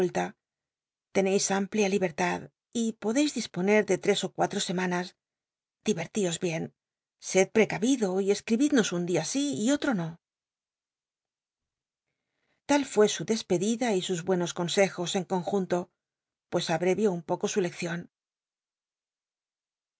teneis ámplia libertad y podeis dispone de tres ó cuatro semanas diverlios bien sed precavido y escibidnos un dia sí y otro no tal fué su despedida y sus buenos consejos en conjunto pues abrevio un poco su leccion